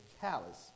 callous